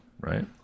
right